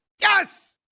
Yes